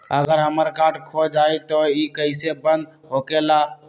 अगर हमर कार्ड खो जाई त इ कईसे बंद होकेला?